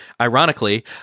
Ironically